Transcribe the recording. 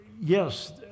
yes